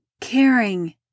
caring